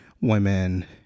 women